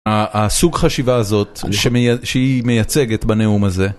הסוג חשיבה הזאת שהיא מייצגת בנאום הזה.